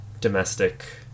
domestic